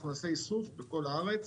אנחנו נעשה איסוף בכל הארץ